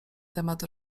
temat